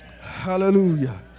hallelujah